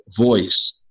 voice